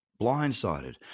blindsided